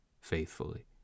faithfully